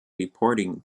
reporting